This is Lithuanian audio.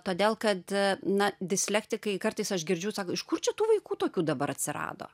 todėl kad na dislektikai kartais aš girdžiu sako iš kur čia tų vaikų tokių dabar atsirado